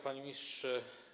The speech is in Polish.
Panie Ministrze!